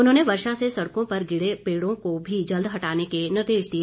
उन्होंने वर्षा से सड़कों पर गिरे पेड़ों को भी जल्द हटाने के निर्देश दिए